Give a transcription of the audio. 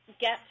get